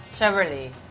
Chevrolet